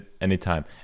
anytime